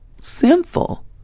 sinful